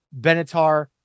Benatar